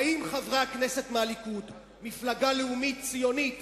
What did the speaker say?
האם חברי הכנסת מהליכוד, מפלגה לאומית ציונית,